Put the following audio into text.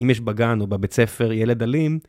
אם יש בגן או בבית ספר ילד אלים.